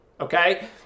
okay